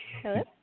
Hello